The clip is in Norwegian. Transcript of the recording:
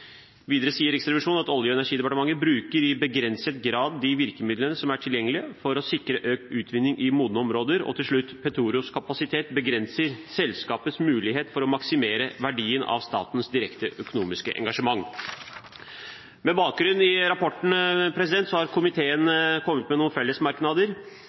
Olje- og energidepartementet bruker i begrenset grad de virkemidlene som er tilgjengelig for å sikre økt utvinning i modne områder. Petoros kapasitet begrenser selskapets muligheter for å maksimere verdien av Statens direkte økonomiske engasjement. Med bakgrunn i rapporten har komiteen kommet med noen